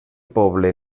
poble